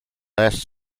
last